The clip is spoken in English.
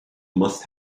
must